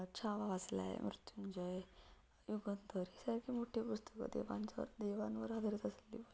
छावा वाचलाय मृत्युंजय युगंधर हे सारखे मोठे पुस्तकं देवांच्यावर देवांवर आधारित असलेली पुस्तकं